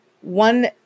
One